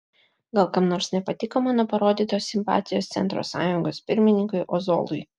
gal kam nors nepatiko mano parodytos simpatijos centro sąjungos pirmininkui ozolui